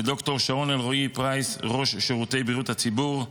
לד"ר שרון אלרעי פרייס, ראש שירותי בריאות הציבור,